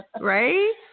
Right